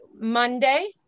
Monday